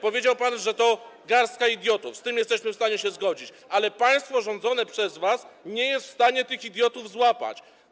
Powiedział pan, że to garstka idiotów, z tym jesteśmy w stanie się zgodzić, ale państwo rządzone przez was nie jest w stanie tych idiotów złapać.